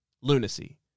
lunacy